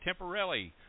Temporelli